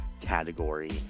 category